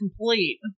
Complete